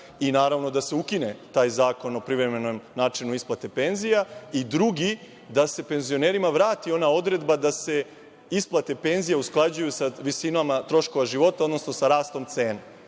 i naravno da se ukine taj Zakon o privremenom načinu isplate penzija, i drugi da se penzionerima vrati ona odredba da se isplate penzija usklađuju sa visinama troškova života, odnosno sa rastom cena,